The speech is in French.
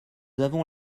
avons